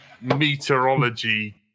meteorology